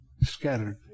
Scattered